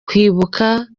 kwibuka